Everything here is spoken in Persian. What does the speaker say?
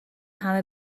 همه